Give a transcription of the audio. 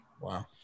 wow